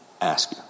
ask